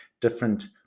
different